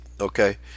okay